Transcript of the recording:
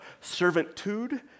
servitude